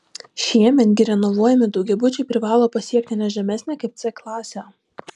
šiemet gi renovuojami daugiabučiai privalo pasiekti ne žemesnę kaip c klasę